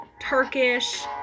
Turkish